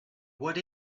what